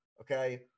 okay